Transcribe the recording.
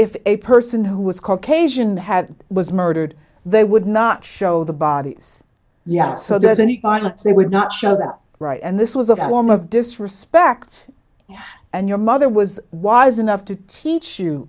if a person who was caucasian had was murdered they would not show the bodies yet so there's an economist they would not show that right and this was a form of disrespect and your mother was wise enough to teach you